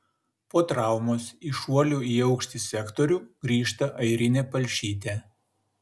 po traumos į šuolių į aukštį sektorių grįžta airinė palšytė